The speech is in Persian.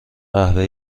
قهوه